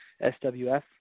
SWF